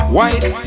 White